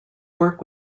work